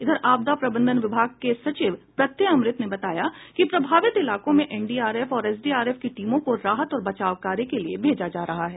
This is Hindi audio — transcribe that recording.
इधर आपदा प्रबंधन विभाग के सचिव प्रत्यय अमृत ने बताया कि प्रभावित इलाकों में एनडीआरएफ और एसडीआरएफ की टीमों को राहत और बचाव कार्य के लिये भेजा जा रहा है